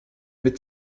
mit